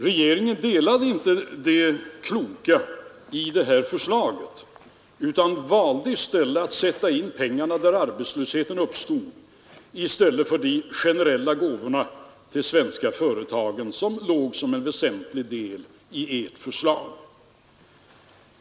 Regeringen insåg inte det kloka i det förslaget utan valde att sätta in pengarna där arbetslösheten uppstod i stället för att använda dem till de generella gåvorna till svenska företag, som ingick som en väsentlig del i ert förslag.